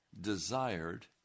desired